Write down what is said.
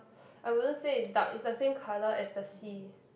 I wouldn't say is dark is the same colour as the sea